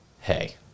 Hey